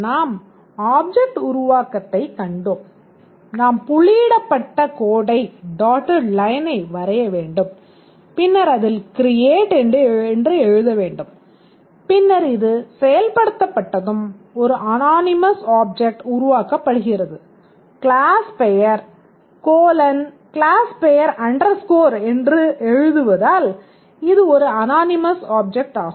நாம் ஆப்ஜெக்ட் உருவாக்கத்தைக் கண்டோம் நாம் புள்ளியிடப்பட்ட கோட்டை என்று எழுதுவதால் இது ஒரு அனானிமஸ் ஆப்ஜெக்ட் ஆகும்